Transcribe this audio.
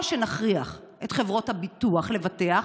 או שנכריח את חברות הביטוח לבטח,